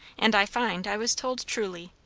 and i find i was told truly.